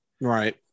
Right